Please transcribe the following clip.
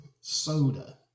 soda